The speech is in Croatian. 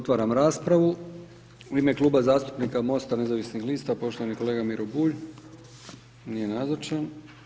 0tvaram raspravu, u ime Kluba zastupnika Mosta nezavisnih lista, poštovani kolega Miro Bulj, nije nazočan.